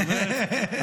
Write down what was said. זאת אומרת,